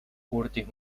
curtis